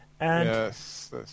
Yes